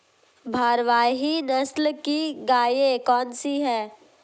भारवाही नस्ल की गायें कौन सी हैं?